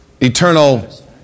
eternal